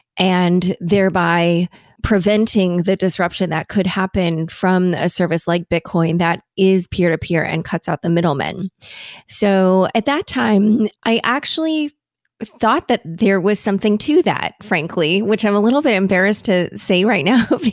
and thereby preventing the disruption that could happen from a service like bitcoin that is peer-to-peer and cuts out the middlemen so at that time, i actually thought that there was something to that frankly, which i'm a little bit embarrassed to say right now,